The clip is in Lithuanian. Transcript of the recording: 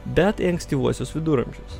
bet į ankstyvuosius viduramžius